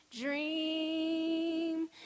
dream